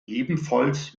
ebenfalls